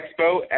Expo